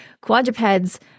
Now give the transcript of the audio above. quadrupeds